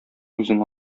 үзең